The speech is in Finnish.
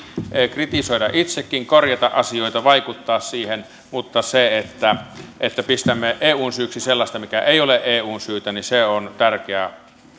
kritisoida itsekin korjata asioita vaikuttaa niihin mutta se että että pistämme eun syyksi sellaista mikä ei ole eun syytä on tärkeää